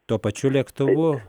tuo pačiu lėktuvu